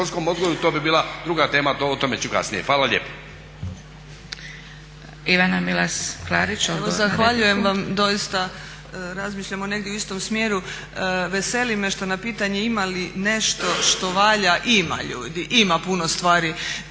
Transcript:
to bi bila druga tema, o tome ću kasnije. Hvala lijepa.